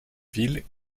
ville